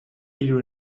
hiru